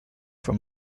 for